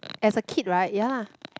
as a kid right ya